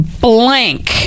blank